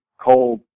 cold